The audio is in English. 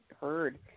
heard